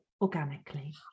organically